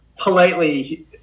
politely